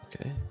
okay